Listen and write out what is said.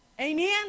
Amen